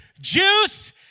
juice